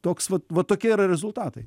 toks vat va tokie yra rezultatai